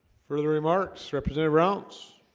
further remarks represented routes